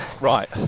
Right